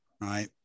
right